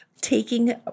taking